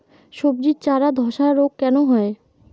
সবজির চারা ধ্বসা রোগ কেন হয়?